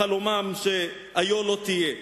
בחלומם שהיּה לא תהיה.